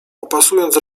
opasując